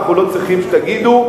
אנחנו לא צריכים שתגידו,